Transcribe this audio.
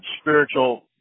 spiritual